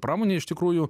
pramonė iš tikrųjų